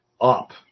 up